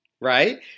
right